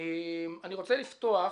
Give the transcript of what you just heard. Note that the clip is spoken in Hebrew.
אני רוצה לפתוח